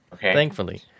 Thankfully